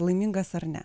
laimingas ar ne